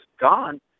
gone